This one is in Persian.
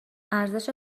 ارزش